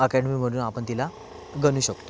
academy म्हणून आपण तिला गणू शकतो